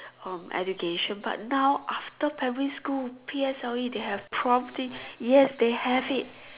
um education but now after primary school P_S_L_E they have prom thing yes they have it